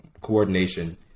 coordination